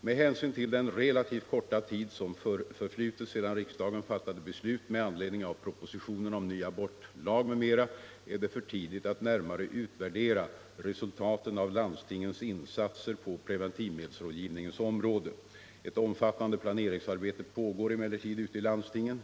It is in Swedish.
Med hänsyn till den relativt korta tid som förflutit sedan riksdagen fattade beslut med anledning av propositionen om en ny abortlag m.m. är det för tidigt att närmare utvärdera resultaten av landstingens insatser på preventivmedelsrådgivningens område. Ett omfattande planeringsarbete pågår emellertid ute i landstingen.